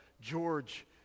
George